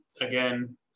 again